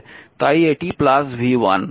তাই এটি v1